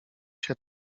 się